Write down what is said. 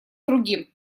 другим